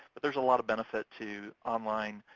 but there's a lot of benefit to online,